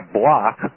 block